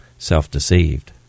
Self-deceived